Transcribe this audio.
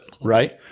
right